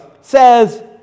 says